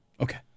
Okay